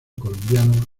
colombiano